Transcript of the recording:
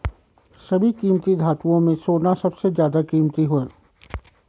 सभी कीमती धातुओं में सोना सबसे ज्यादा कीमती है